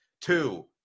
Two